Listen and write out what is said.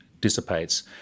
dissipates